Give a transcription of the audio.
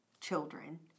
children